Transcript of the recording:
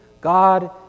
God